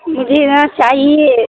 مجھے نا چاہیے